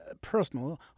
Personal